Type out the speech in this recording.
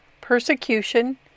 persecution